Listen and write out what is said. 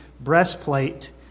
breastplate